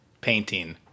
painting